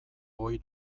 ohi